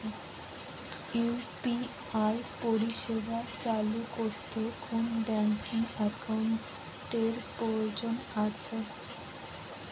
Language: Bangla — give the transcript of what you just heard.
ইউ.পি.আই পরিষেবা চালু করতে কোন ব্যকিং একাউন্ট এর কি দরকার আছে?